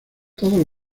todos